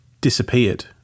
disappeared